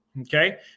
okay